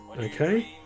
okay